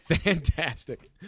Fantastic